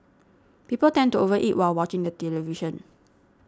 people tend to over eat while watching the television